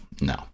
No